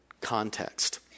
context